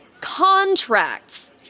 Contracts